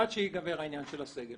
עד שייגמר העניין של הסגל,